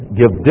give